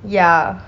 ya